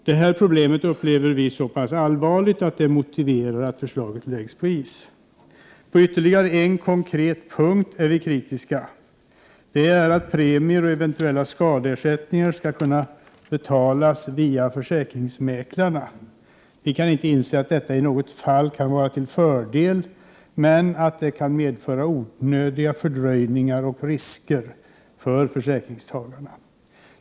Detta problem upplever vi som så pass allvarligt att det motiverar att förslaget läggs på is. På ytterligare en konkret punkt är vi kritiska. Det föreslås att premier och eventuella skadeersättningar skall kunna betalas via försäkringsmäklarna. Vi kan inte inse att detta i något fall kan vara till fördel, men det kan medföra onödiga fördröjningar och risker för försäkringstagarna.